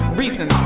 reason